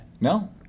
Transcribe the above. No